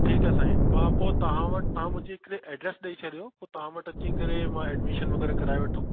ठीकु आहे साईं मां पोइ तव्हां वटि तव्हां मुंहिंजी हिकिड़ी एड्रेस ॾेई छॾियो पोइ तव्हां वटि अची करे मां ऐडमिशन वग़ैरह कराए वठो